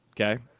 Okay